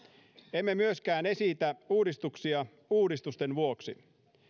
emme myöskään esitä uudistuksia uudistusten vuoksi